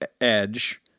Edge